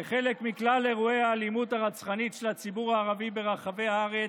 כחלק מכלל אירועי האלימות הרצחנית של הציבור הערבי ברחבי הארץ,